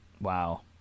Wow